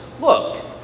Look